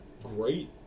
great